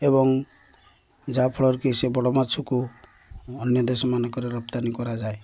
ଏବଂ ଯାହାଫଳରେ କି ସେ ବଡ଼ ମାଛକୁ ଅନ୍ୟ ଦେଶମାନଙ୍କରେ ରପ୍ତାନି କରାଯାଏ